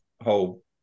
whole